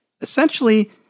essentially